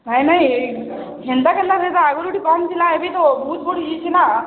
ହଏ ନାଇଁ ହେନ୍ତା କେନ୍ତା ସେ ତ ଆଗରୁ ଟିକେ କମ୍ ଥିଲା ଏବେ ତ ବହୁତ ବଢ଼ିଯାଇଛି ନା